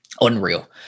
unreal